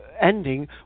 ending